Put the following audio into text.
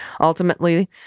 Ultimately